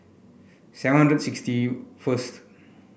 seven hundred sixty first